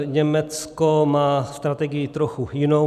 Německo má strategii trochu jinou.